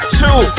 two